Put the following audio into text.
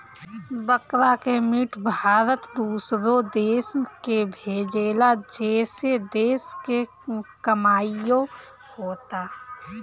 बकरा के मीट भारत दूसरो देश के भेजेला जेसे देश के कमाईओ होता